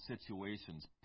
situations